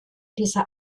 dieser